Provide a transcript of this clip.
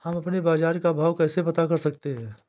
हम अपने बाजार का भाव कैसे पता कर सकते है?